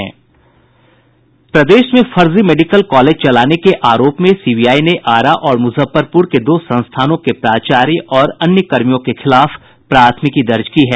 प्रदेश में फर्जी medical college चलाने के आरोप में सीबीआई ने आरा और मुजफ्फरपुर के दो संस्थानों के प्राचार्य और अन्य कर्मियों के खिलाफ प्राथमिकी दर्ज की है